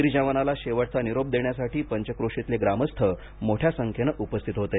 वीर जवानाला शेवटचा निरोप देण्यासाठी पंचक्रोशीतले ग्रामस्थ मोठ्या संख्येनं उपस्थित होते